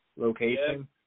location